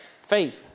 Faith